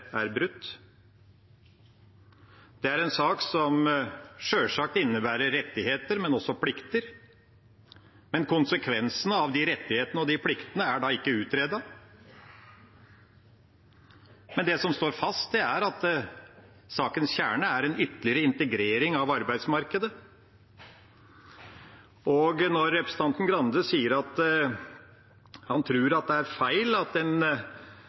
er brutt. Det er en sak som sjølsagt innebærer rettigheter, men også plikter. Men konsekvensene av de rettighetene og pliktene er ikke utredet. Det som står fast, er at sakens kjerne er en ytterligere integrering av arbeidsmarkedet. Når representanten Grande sier at han tror det er feil at en